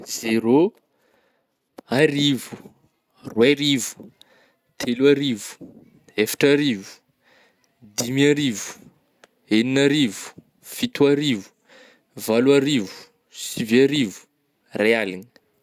Zero, arivo, roerivo, telo arivo, efatra arivo, dimy arivo, enina arivo, fito arivo, valo arivo, sivy arivo, ray aligna.